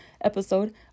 episode